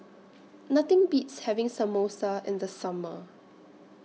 Nothing Beats having Samosa in The Summer